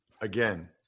again